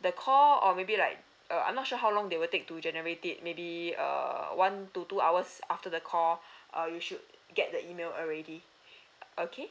the call or maybe like uh I'm not sure how long they will take to generate it maybe err one to two hours after the call uh you should get the email already okay